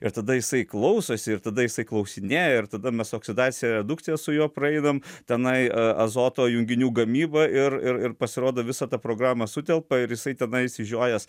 ir tada jisai klausosi ir tada jisai klausinėja ir tada mes oksidaciją redukciją su juo praeinam tenai azoto junginių gamybą ir ir pasirodo visa ta programa sutelpa ir jisai tenai išsižiojęs